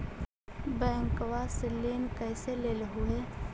बैंकवा से लेन कैसे लेलहू हे?